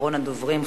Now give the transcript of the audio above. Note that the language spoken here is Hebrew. אחרון הדוברים,